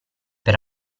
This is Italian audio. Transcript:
per